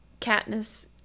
Katniss